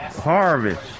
harvest